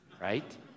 right